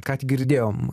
ką tik girdėjom